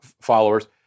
followers